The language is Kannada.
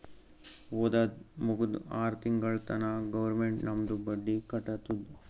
ಓದದ್ ಮುಗ್ದು ಆರ್ ತಿಂಗುಳ ತನಾ ಗೌರ್ಮೆಂಟ್ ನಮ್ದು ಬಡ್ಡಿ ಕಟ್ಟತ್ತುದ್